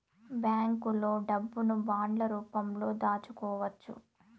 బ్యాంకులో డబ్బును బాండ్ల రూపంలో దాచుకోవచ్చు